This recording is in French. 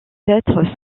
être